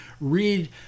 read